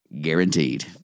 Guaranteed